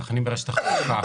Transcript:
צרכנים ברשת החלוקה